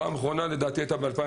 הפעם האחרונה הייתה לדעתי ב-2017.